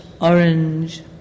orange